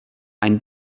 ein